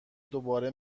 دوباره